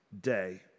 day